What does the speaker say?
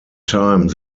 time